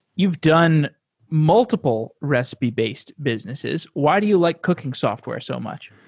you've done multiple recipe-based businesses. why do you like cooking software so much?